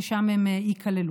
ושם הם ייכללו.